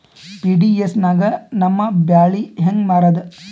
PDS ನಾಗ ನಮ್ಮ ಬ್ಯಾಳಿ ಹೆಂಗ ಮಾರದ?